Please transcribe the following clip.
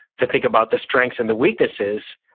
to think about the strengths and the weaknesses,